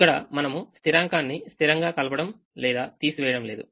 ఇక్కడ మనము స్థిరాంకాన్ని స్థిరంగా కలపడం లేదా తీసి వేయడం లేదు